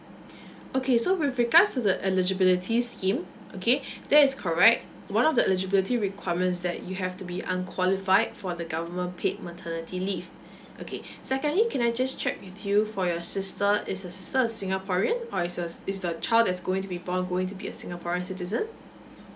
okay so with regards to the eligibility scheme okay that is correct one of the eligibility requirement is that you have to be unqualified for the government paid maternity leave okay secondly can I just check with you for your sister is your sister a singaporean or is the is the child is going to be born going to be a singaporean citizen